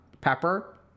pepper